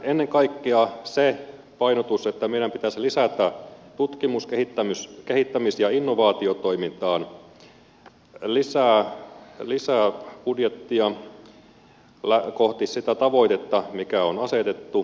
ennen kaikkea se painotus että meidän pitäisi lisätä rahaa tutkimus kehittämis ja innovaatiotoimintaan vie budjettia kohti sitä tavoitetta mikä on asetettu